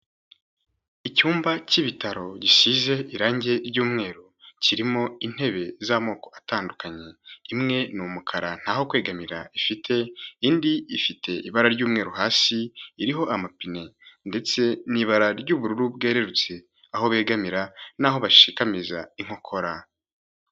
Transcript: Icyumba cy'ibitaro risize irangi ry'umweru kirimo intebe z'amoko atandukanye. imwe ni umukara ntaho kwegamira ifite, indi ifite ibara ry'umweru hasi, iriho amapine ndetse n'ibara ry'ubururu bwerurutse aho begamira naho bashikamiza inkokora.